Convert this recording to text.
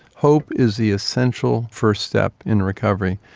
hope is the essential first step in recovery.